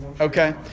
Okay